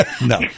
no